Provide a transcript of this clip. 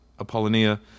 Apollonia